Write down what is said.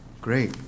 Great